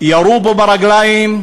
ירו בו ברגליים,